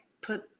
put